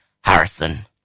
Harrison